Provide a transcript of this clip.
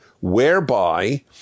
whereby